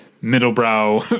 middle-brow